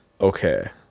okay